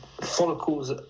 follicles